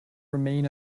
remain